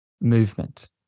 movement